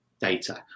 data